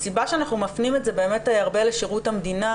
הסיבה שאנחנו מפנים את זה הרבה לשירות המדינה,